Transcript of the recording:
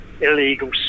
Illegal